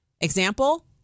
example